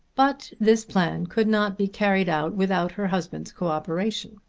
but this plan could not be carried out without her husband's co-operation.